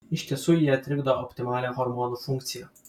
iš tiesų jie trikdo optimalią hormonų funkciją